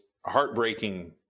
heartbreaking